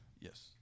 Yes